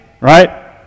right